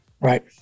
right